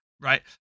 right